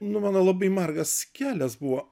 nu mano labai margas kelias buvo